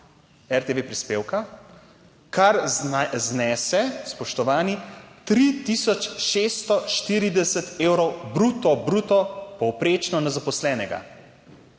RTV prispevka, kar znese, spoštovani, 3 tisoč 640 evrov bruto bruto povprečno na zaposlenega.